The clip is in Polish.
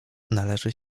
należy